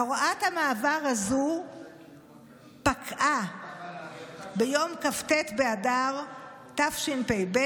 הוראת המעבר הזו פקעה ביום כ"ט באדר תשפ"ב,